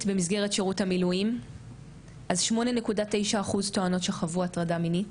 במסגרת שירות המילואים אז 8.9 אחוז טוענות שחוו הטרדה מינית,